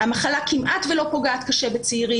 המחלה כמעט ולא פוגעת קשה בצעירים,